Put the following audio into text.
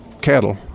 cattle